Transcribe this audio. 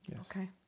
okay